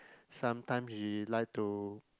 sometime she like to